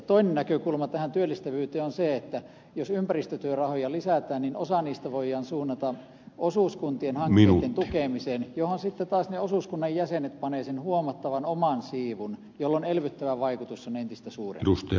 toinen näkökulma työllistävyyteen on se että jos ympäristötyörahoja lisätään niin osa niistä voidaan suunnata osuuskuntien hankkeitten tukemiseen joissa taas ne osuuskunnan jäsenet panevat huomattavan oman siivun jolloin elvyttävä vaikutus on entistä suurempi